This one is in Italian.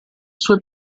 sue